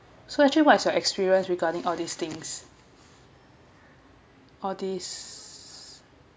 so actually what's your experience regarding all these things all this